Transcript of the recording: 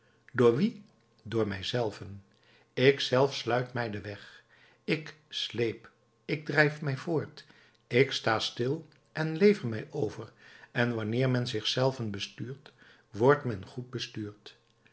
door wien door mij zelven ik zelf sluit mij den weg ik sleep ik drijf mij voort ik sta stil en lever mij over en wanneer men zich zelven bestuurt wordt men goed bestuurd